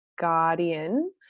Guardian